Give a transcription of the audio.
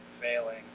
failing